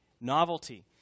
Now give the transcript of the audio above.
Novelty